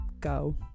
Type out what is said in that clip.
go